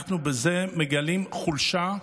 אנחנו בזה מגלים חולשה,